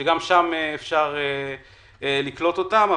שגם שם אפשר לקלוט אותם.